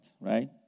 right